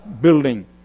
building